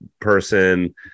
person